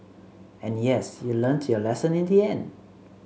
and yes you learnt your lesson in the end